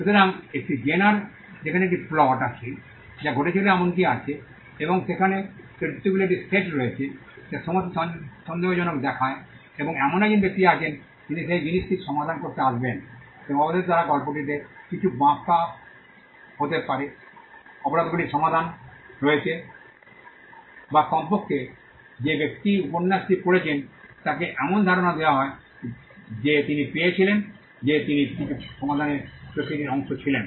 সুতরাং এটি জেনার সেখানে একটি প্লট আছে যা ঘটেছিল এমন কি আছে এবং সেখানে চরিত্রগুলির একটি সেট রয়েছে যা সমস্ত সন্দেহজনক দেখায় এবং এমন একজন ব্যক্তি আছেন যিনি সেই জিনিসটি সমাধান করতে আসবেন এবং অবশেষে তারা গল্পটিতে কিছুটা বাঁক হতে পারে অপরাধটির সমাধান হয়েছে বা কমপক্ষে যে ব্যক্তি উপন্যাসটি পড়েছেন তাকে এমন ধারণা দেওয়া হয় যে তিনি পেয়েছিলেন যে তিনি কিছু সমাধানের প্রক্রিয়াটির অংশ ছিলেন